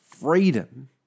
freedom